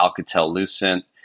Alcatel-Lucent